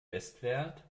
bestwert